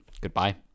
goodbye